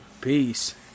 peace